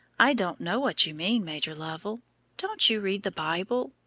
i don't know what you mean, major lovell don't you read the bible?